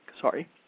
sorry